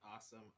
Awesome